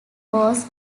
was